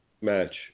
match